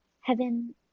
heaven